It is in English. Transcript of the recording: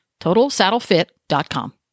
Totalsaddlefit.com